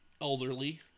elderly